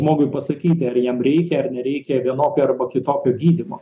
žmogui pasakyti ar jam reikia ar nereikia vienokio arba kitokio gydymo